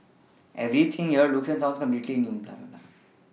everything here looks and sounds completely new